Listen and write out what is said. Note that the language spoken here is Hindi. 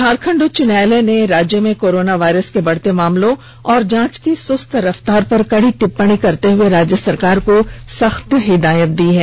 झारखंड उच्च न्यायालय ने राज्य में कोरोना वायरस के बढ़ते मामलों और जांच की सुस्त रफ्तार पर कड़ी टिप्पणी करते हुए राज्य सरकार को सख्त हिदायत दी है